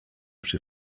przy